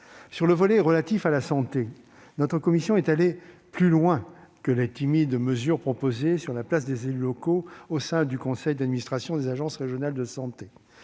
Sur le volet relatif à la santé, notre commission est allée plus loin que les timides mesures proposées sur la place des élus locaux au sein du conseil d'administration des agences régionales de santé.